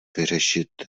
vyřešit